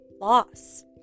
loss